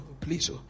please